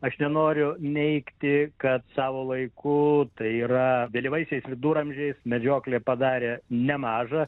aš nenoriu neigti kad savo laiku tai yra vėlyvaisiais viduramžiais medžioklė padarė nemažą